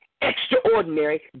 extraordinary